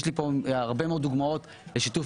יש לי פה הרבה מאוד דוגמאות לשיתוף